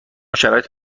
شرایط